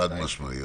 נכון, חד-משמעית.